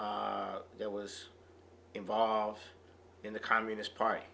y that was involved in the communist party